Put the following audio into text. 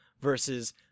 versus